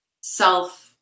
self